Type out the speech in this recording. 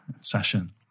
session